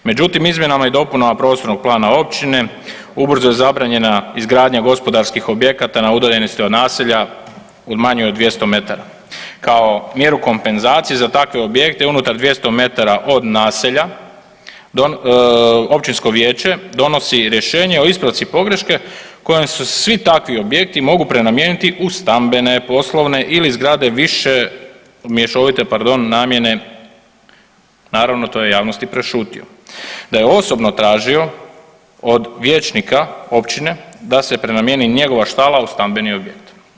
Međutim, izmjenama i dopunama prostornog plana općine ubrzo je zabranjena izgradnja gospodarskih objekata na udaljenosti od naselja u manje od 200 metara kao mjeru kompenzacije za takve objekte i unutar 200 m od naselja, općinsko vijeće donosi rješenje o ispravci pogreške kojim se svi takvi objekti mogu prenamijeniti u stambene, poslovne ili zgrade više, mješovite, pardon, namjene, naravno, to je javnosti prešutio, da je osobno tražio od vijećnika općine da se prenamijeni njegova štala u stambeni objekt.